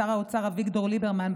שר האוצר אביגדור ליברמן,